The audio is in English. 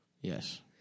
Yes